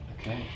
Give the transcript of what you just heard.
Okay